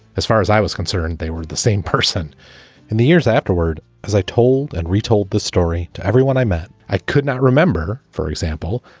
as far as i was concerned, they were the same person in the years afterward. as i told and retold this story to everyone i met, i could not remember, for example,